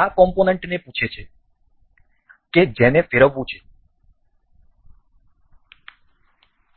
આ કોમ્પોનન્ટને પૂછે છે કે જેને ફેરવવું છે